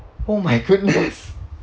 oh my goodness